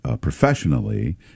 professionally